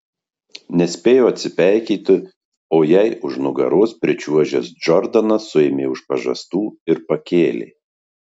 nespėjo atsipeikėti o jai už nugaros pričiuožęs džordanas suėmė už pažastų ir pakėlė